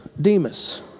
Demas